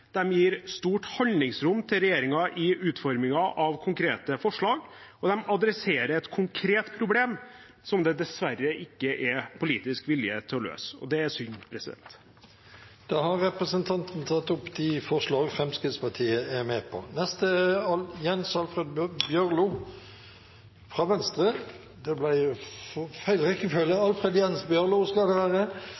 gir stort handlingsrom til regjeringen i utformingen av konkrete forslag, og de adresserer et konkret problem som det dessverre ikke er politisk vilje til å løse. Det er synd. Da har representanten tatt opp de forslagene han refererte til. Det er ikkje ofte Framstegspartiet og Venstre står skulder ved skulder i ein debatt som handlar om innvandring, men det